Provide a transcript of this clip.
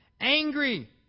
Angry